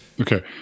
okay